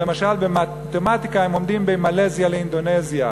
למשל במתמטיקה הם עומדים בין מלזיה לאינדונזיה.